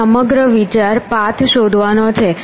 તે સમગ્ર વિચાર પાથ શોધવાનો છે